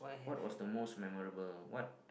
what was the most memorable what